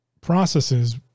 processes